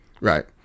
Right